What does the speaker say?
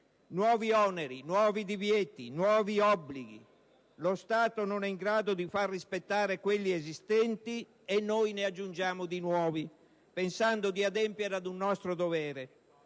nuovi oneri, nuovi divieti, nuovi obblighi. Lo Stato non è in grado di far rispettare quelli esistenti e noi ne aggiungiamo di nuovi, pensando di adempiere ad un nostro dovere: